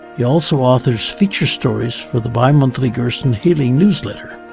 he also authors features stories for the bi-monthly gerson healing newsletter.